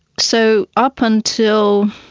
so up until,